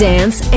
Dance